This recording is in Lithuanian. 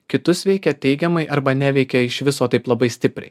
kitus veikia teigiamai arba neveikia iš viso taip labai stipriai